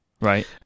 right